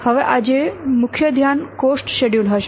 હવે આજે મુખ્ય ધ્યાન કોસ્ટ શેડ્યૂલ હશે